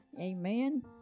Amen